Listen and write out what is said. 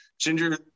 Ginger